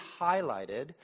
highlighted